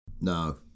No